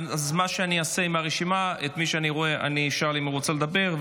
אז מה שאני אעשה ברשימה זה שאת מי שאני רואה אני אשאל אם הוא רוצה לדבר,